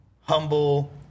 humble